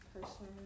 Person